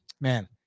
man